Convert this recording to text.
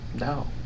No